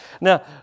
Now